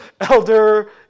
Elder